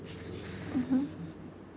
mmhmm